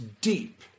deep